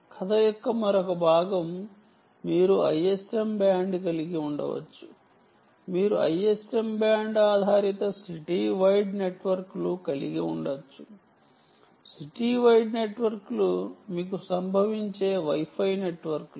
కథ యొక్క మరొక భాగం మీరు ISM బ్యాండ్ కలిగి ఉండవచ్చు మీరు ISM బ్యాండ్ ఆధారిత సిటీ వైడ్ నెట్వర్క్లు కలిగి ఉండవచ్చు సిటీ వైడ్ నెట్వర్క్లు మీకు సంభవించే Wi Fi నెట్వర్క్లు